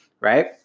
Right